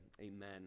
amen